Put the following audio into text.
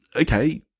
okay